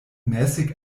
mäßig